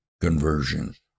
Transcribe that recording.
conversions